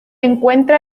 encuentra